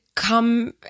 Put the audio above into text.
come